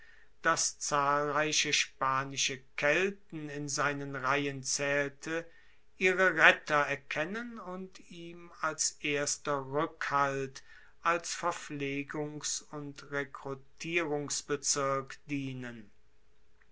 das zahlreiche spanische kelten in seinen reihen zaehlte ihre retter erkennen und ihm als erster rueckhalt als verpflegungs und rekrutierungsbezirk dienen